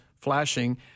flashing